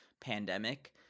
pandemic